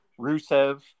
Rusev